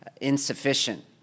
insufficient